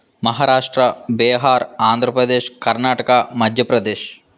Maharashtra Bihar Andhra Pradesh Karnataka Madhya Pradesh